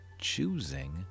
choosing